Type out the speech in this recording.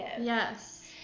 Yes